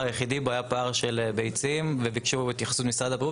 היחידי בו היה פער של ביצים וביקשו התייחסות משרד הבריאות.